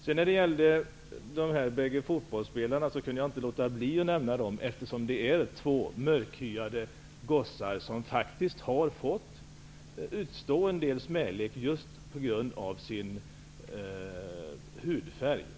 Jag kunde inte låta bli att nämna de båda fotbollsspelarna, eftersom de är två mörkhyade gossar, som faktiskt har fått utstå en del smälek just på grund av sin hudfärg.